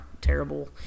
terrible